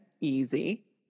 easy